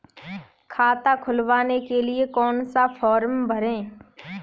खाता खुलवाने के लिए कौन सा फॉर्म भरें?